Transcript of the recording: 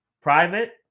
private